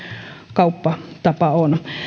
kauppatapa on